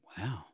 Wow